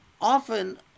Often